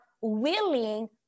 willing